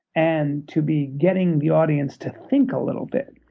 and to be getting the audience to think a little bit.